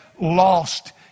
lost